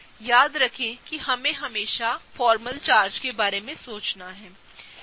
याद रखें हम हमेशा फॉर्मल चार्ज के बारे में सोचना चाहते हैं